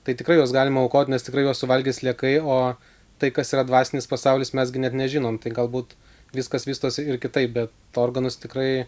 tai tikrai juos galima aukoti nes tikrai juos suvalgys sliekai o tai kas yra dvasinis pasaulis mes gi net nežinom tai galbūt viskas vystosi ir kitaip bet organus tikrai